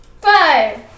Five